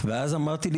אז אני אומר,